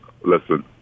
listen